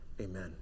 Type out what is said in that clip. Amen